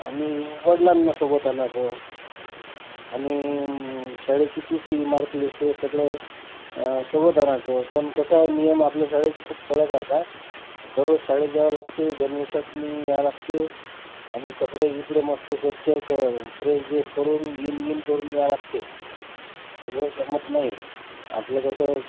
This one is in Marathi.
आणि वडिलांना सोबत आणायचं आणि शाळेची टी शी मार्कलिस्ट हे सगळं सोबत आणायचं पण कसं आहे नियम आपल्या शाळेचे खूप कडक आहेत हा दररोज शाळेत यावं लागते गणवेशातून यावं लागते आणि कपडे गिपडे मस्त स्वच्छ क प्रेस गेस करून इन गिन करून यावं लागते तसं जमत नाही आपलं कसं